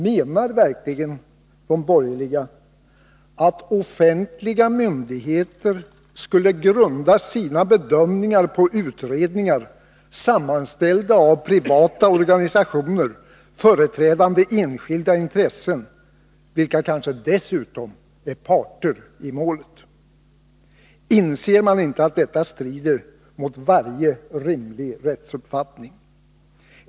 Menar verkligen de borgerliga, att offentliga myndigheter skulle grunda sina bedömningar på utredningar, sammanställda av privata organisationer, företrädande enskilda intressen, vilka kanske dessutom är parter i målet? Inser man inte att detta strider mot varje rimlig rättsuppfattning?